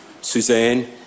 Suzanne